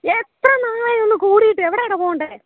എത്ര നാളായി ഒന്ന് കൂടിയിട്ട് എവിടെയാണെടൊ പോകണ്ടെ